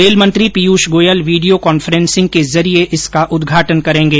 रेलमंत्री Piyush Goyal video conferencing के माध्यम से इसका उद्घाटन करेंगे